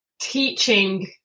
teaching